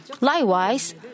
Likewise